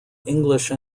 english